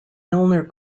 milner